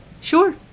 Sure